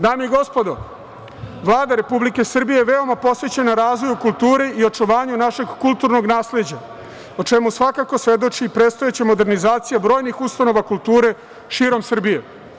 Dame i gospodo, Vlada Republike Srbije je veoma posvećena razvoju kulture i očuvanju našeg kulturnog nasleđa, o čemu svakako svedoči predstojeća modernizacija brojnih ustanova kulture širom Srbije.